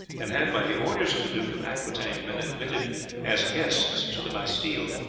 and had by the orders of the duke of aquitaine been admitted as guests to the bastille.